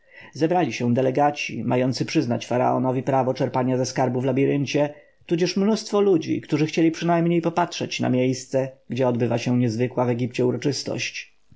zebrali się delegaci mający przyznać faraonowi prawo czerpania ze skarbu w labiryncie tudzież mnóstwo ludzi którzy chcieli przynajmniej patrzeć na miejsce gdzie odbywała się niezwykła w egipcie uroczystość